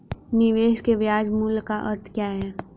निवेश के ब्याज मूल्य का अर्थ क्या है?